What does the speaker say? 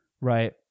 Right